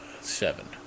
seven